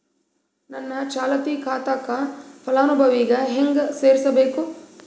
ನನ್ನ ಚಾಲತಿ ಖಾತಾಕ ಫಲಾನುಭವಿಗ ಹೆಂಗ್ ಸೇರಸಬೇಕು?